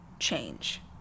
change